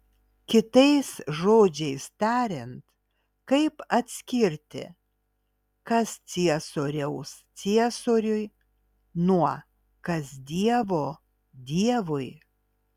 kitais žodžiais tariant kaip atskirti kas ciesoriaus ciesoriui nuo kas dievo dievui